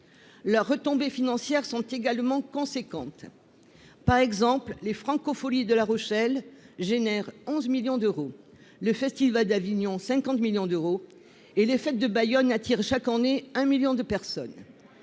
leurs retombées financières sont également conséquentes, par exemple, les FrancoFolies de La Rochelle, génère 11 millions d'euros, le festival d'Avignon 50 millions d'euros et les fêtes de Bayonne attire chaque année un 1000000 de personnes